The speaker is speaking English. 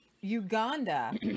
Uganda